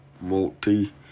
Multi